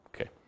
Okay